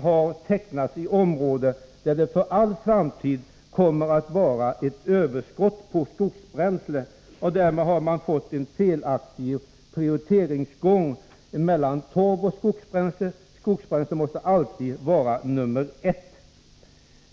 har tecknats i områden där det för all framtid kommer att finnas ett överskott på skogsbränsle. Därmed har man fått en felaktig prioriteringsgång mellan torv och skogsbränslen. Skogsbränslen måste alltid vara nummer ett.